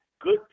good